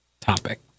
topic